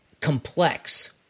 complex